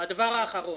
והדבר האחרון,